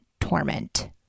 torment